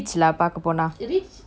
of course